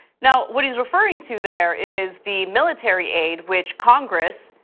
now, what he's referring to there is the military aid which congress,